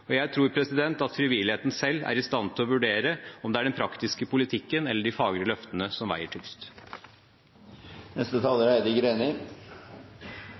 regjering. Jeg tror at frivilligheten selv er i stand til å vurdere om det er den praktiske politikken eller de fagre løftene som veier